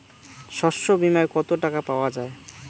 শস্য বিমায় কত টাকা পাওয়া যায়?